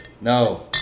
No